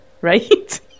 right